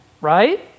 right